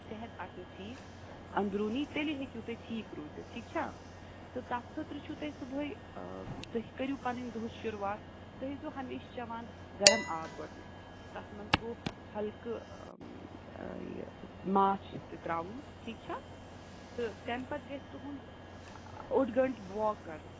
صحت آسوٕ ٹھیٖک اندروٗنی تیٚلہِ ہیٚکِو تُہۍ ٹھیٖک روٗزِتھ ٹھیٖک چھا تہٕ تَتھ خٲطرٕ چھُو تۄہہِ صبُحٲے تُہۍ کٔرو پَنٕنۍ دُہُچ شُروعوات تُہۍ ٲسۍ زیٚو ہَمیشہٕ چیٚوان گرٕم آب گۄڈٕنیٚتھ تَتھ منٛز گوٚو ہلکہٕ یہِ ماچھ تہِ تراوُن ٹھیٖک چھا تہٕ تَمہِ پَتہٕ گژھِ تُہُنٛد اوٚڑ گٲنٹہٕ واک کَرُن